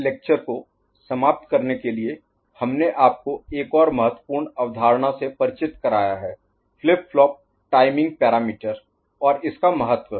इस लेक्चर को समाप्त करने के लिए हमने आपको एक और महत्वपूर्ण अवधारणा से परिचित कराया है फ्लिप फ्लॉप टाइमिंग पैरामीटर और इसका महत्व